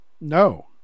No